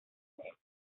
names